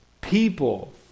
people